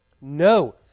No